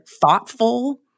thoughtful